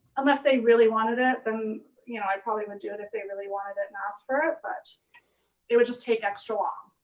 unless they really wanted it, then you know i probably would do it if they really wanted it and asked for it, but it would just take extra long.